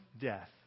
death